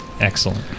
excellent